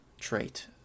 trait